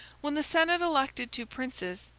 when the senate elected two princes,